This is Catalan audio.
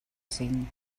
cinc